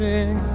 Sing